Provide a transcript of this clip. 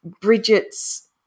Bridget's